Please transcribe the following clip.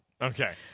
Okay